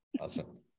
awesome